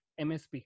MSP